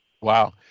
Wow